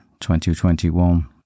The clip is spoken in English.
2021